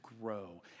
grow